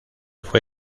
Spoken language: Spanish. fue